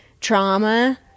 trauma